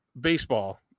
Baseball